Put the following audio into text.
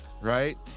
right